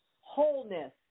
wholeness